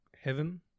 heaven